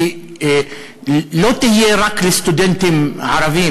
היא לא תהיה רק לסטודנטים ערבים,